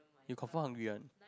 you confirm hungry [one]